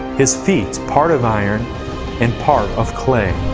his feet part of iron and part of clay.